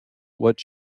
what